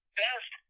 best